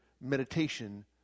meditation